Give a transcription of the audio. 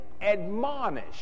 admonish